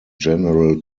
general